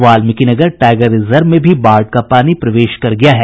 Valmikinagar tiger reserve में भी बाढ़ का पानी प्रवेश कर गया है